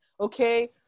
okay